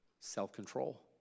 self-control